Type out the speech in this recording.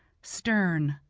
stern,